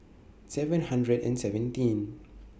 seven hundred and seventeen